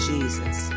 Jesus